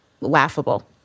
laughable